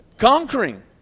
Conquering